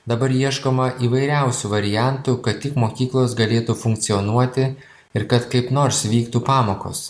dabar ieškoma įvairiausių variantų kad tik mokyklos galėtų funkcionuoti ir kad kaip nors vyktų pamokos